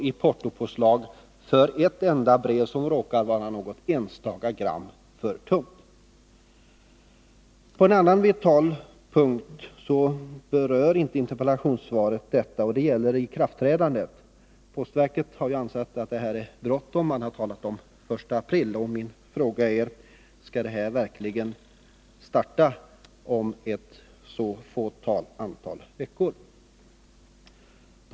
i portoökning för ett brev som råkar vara något enstaka gram för tungt. En vital punkt berörs inte i interpellationssvaret, nämligen ikraftträdandet. Postverket har ansett att det är bråttom, och man har talat om den 1 april. Skall detta förslag verkligen genomföras inom ett fåtal veckor?